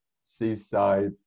seaside